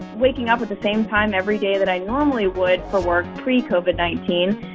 waking up at the same time every day that i normally would work, pre covid nineteen.